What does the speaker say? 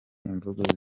imvugo